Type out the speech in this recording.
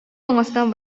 оҥостон